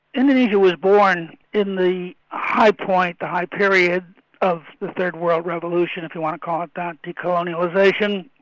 indonesia was born in the high point, the high period of the third world revolution, if you want to call it that decolonisation.